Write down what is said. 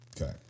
Okay